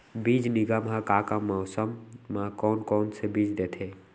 बीज निगम का का मौसम मा, कौन कौन से बीज देथे?